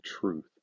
truth